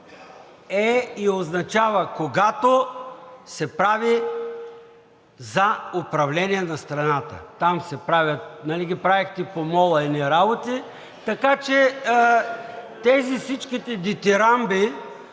е и означава, когато се прави за управление на страната. Нали ги правихте по мола едни работи. Така че тези всичките дитирамби,